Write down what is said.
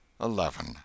eleven